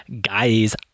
guys